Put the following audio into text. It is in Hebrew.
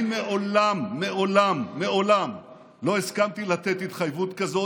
אני מעולם מעולם לא הסכמתי לתת התחייבות כזאת,